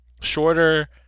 shorter